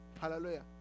Hallelujah